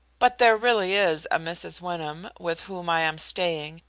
but there really is a mrs. wyndham, with whom i am staying,